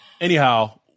Anyhow